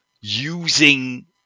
using